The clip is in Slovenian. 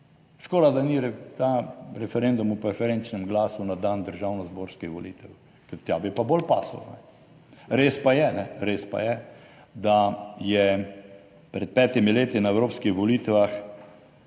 Škoda, da ni ta referendum o preferenčnem glasu na dan državnozborskih volitev, ker tja bi pa bolj pasal. Res pa je, da je pred petimi leti na evropskih volitvah